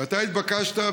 ואתה התבקשת,